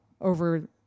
over